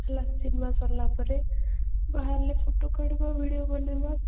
ହେଲା ସିନେମା ସରିଲାପରେ ବାହାରିଲେ ଫଟୋ କାଢ଼ିବା ଭିଡିଓ ବନେଇବା